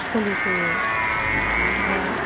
सोलिफैयो दा